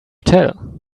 tell